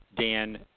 Dan